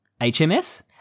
HMS